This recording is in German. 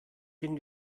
den